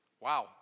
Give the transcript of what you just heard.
Wow